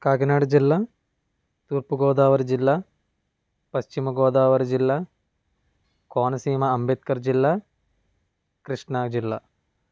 కాకినాడ జిల్లా తూర్పు గోదావరి జిల్లా పశ్చిమ గోదావరి జిల్లా కోనసీమ అంబేద్కర్ జిల్లా కృష్ణా జిల్లా